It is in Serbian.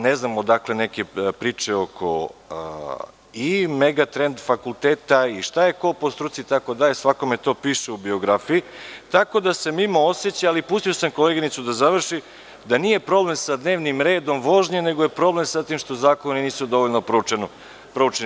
Ne znam odakle neke priče oko Megatrend fakulteta, šta je ko po struci itd, svakome to piše u biografiji, ali, pustio sam koleginicu da završi, da nije problem sa „dnevnim redom vožnje“, nego je problem što zakoni nisu dovoljno proučeni.